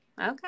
Okay